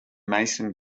mason